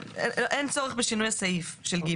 אין צורך בשינוי סעיף (ג).